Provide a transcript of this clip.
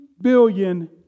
billion